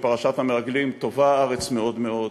שהיא פרשת המרגלים: "טובה הארץ מאד מאד"